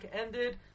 ended